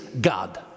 God